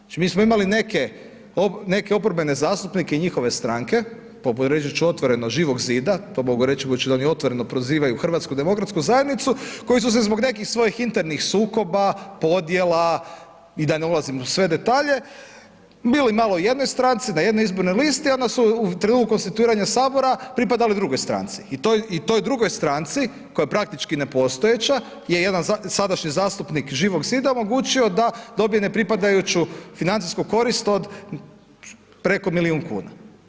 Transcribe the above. Znači mi smo imali neke, neke oporbene zastupnike i njihove stranke, poput reći ću otvoreni Živog zida, to mogu reći budući da oni otvoreno prozivaju HDZ koji su se zbog nekih svojih internih sukoba, podjela i da ne ulazim u sve detalje, bili malo u jednoj stranci, na jednoj izbornoj listi, onda u trenutku konstituiranja sabora pripadali drugoj stranci i toj drugoj stranci koja je praktički nepostojeća je jedan sadašnji zastupnik Živog zida da dobije ne pripadajuću financijsku korist od preko milijun kuna.